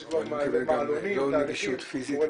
יש כבר מעלונים --- אנחנו מדברים כרגע לא על נגישות פיזית,